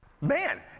Man